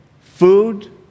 Food